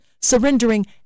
surrendering